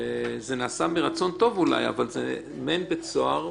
זה נעשה מרצון טוב אולי אבל זה מעין בית סוהר,